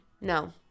no